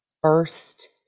first